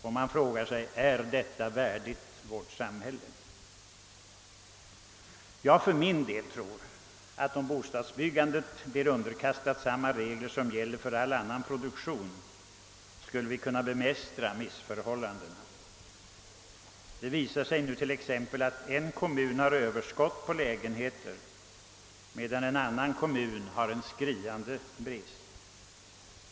Man frågar sig: Är detta värdigt vårt samhälle? Jag för min del tror, att om bostadsbyggandet bleve underkastat samma regler som gäller för all annan produktion, skulle vi kunna bemästra dessa missförhållanden. Det visar sig t.ex. att en kommun kan ha överskott på lägenheter medan en annan kommun har en skriande bostadsbrist.